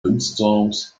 windstorms